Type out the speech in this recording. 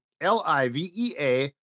L-I-V-E-A